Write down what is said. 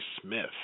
Smith